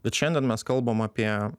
bet šiandien mes kalbam apie